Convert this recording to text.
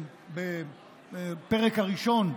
בפרק הראשון,